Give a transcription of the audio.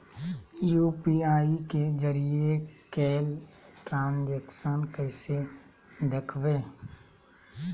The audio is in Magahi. यू.पी.आई के जरिए कैल ट्रांजेक्शन कैसे देखबै?